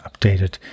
updated